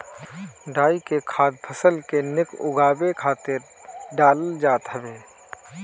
डाई के खाद फसल के निक उगावे खातिर डालल जात हवे